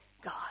God